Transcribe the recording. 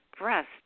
breast